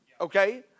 okay